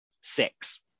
Six